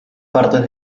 partes